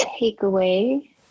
takeaway